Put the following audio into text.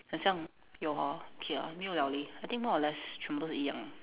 很像：hen xiang 有 hor okay ah 没有了 leh I think more or less 全部都是一样 ah